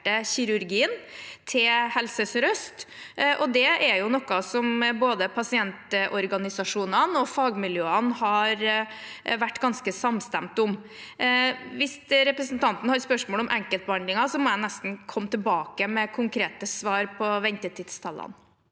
kirurgien til Helse sør-øst. Det er noe både pasientorganisasjonene og fagmiljøene har vært ganske samstemte om. Hvis representanten har spørsmål om enkeltbehandlinger, må jeg nesten komme tilbake med konkrete svar på ventetidstallene.